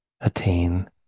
attain